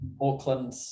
Auckland